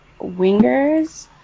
wingers